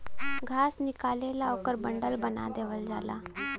घास निकलेला ओकर बंडल बना देवल जाला